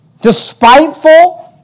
despiteful